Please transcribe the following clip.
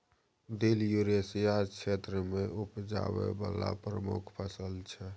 दिल युरेसिया क्षेत्र मे उपजाबै बला प्रमुख फसल छै